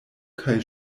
kaj